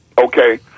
Okay